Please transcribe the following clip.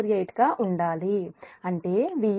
2548 గా ఉండాలి అంటే Va 0